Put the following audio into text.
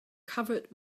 covered